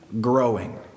Growing